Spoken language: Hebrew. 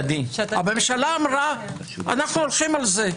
הממשלה אמרה: אנחנו הולכים על זה.